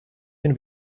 can